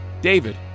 David